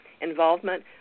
involvement